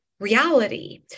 reality